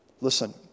listen